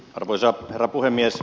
arvoisa herra puhemies